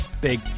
big